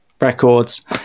records